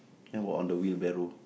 then how about on the wheelbarrow